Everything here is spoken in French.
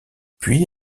puis